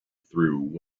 through